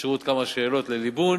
נשארו עוד כמה שאלות לליבון.